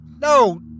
no